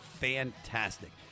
fantastic